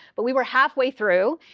but we we are halfway through,